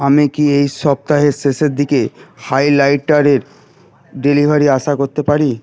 আমি কি এই সপ্তাহের শেষের দিকে হাইলাইটারের ডেলিভারি আশা করতে পারি